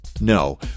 No